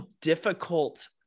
difficult